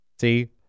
See